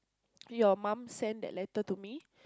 your mum send that letter to me